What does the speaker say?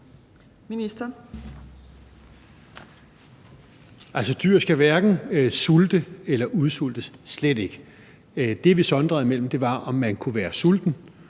dyr skal hverken sulte eller udsultes – slet ikke. Det, vi sondrer imellem, er at være sulten